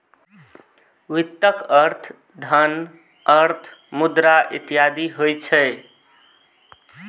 वित्तक अर्थ धन, अर्थ, मुद्रा इत्यादि होइत छै